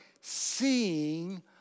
seeing